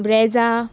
Brezza